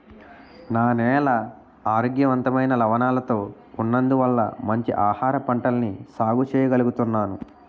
నా నేల ఆరోగ్యవంతమైన లవణాలతో ఉన్నందువల్ల మంచి ఆహారపంటల్ని సాగు చెయ్యగలుగుతున్నాను